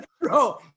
bro